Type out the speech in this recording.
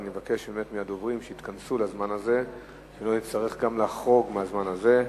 אני מבקש באמת מהדוברים שיתכנסו לזמן הזה שלא נצטרך גם לחרוג מהזמן הזה.